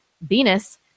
Venus